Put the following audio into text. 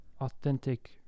authentic